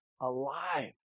alive